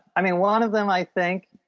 i mean one of them i think,